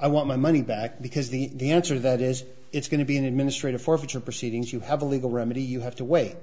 i want my money back because the answer that is it's going to be an administrative forfeiture proceedings you have a legal remedy you have to way